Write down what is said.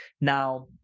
Now